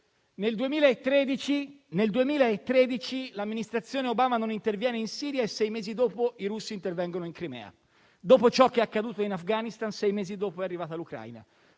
Nel 2013 l'amministrazione Obama non interviene in Siria e sei mesi dopo i russi intervengono in Crimea. Dopo ciò che è accaduto in Afghanistan, sei mesi dopo è arrivata l'Ucraina.